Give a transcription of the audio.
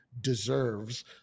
deserves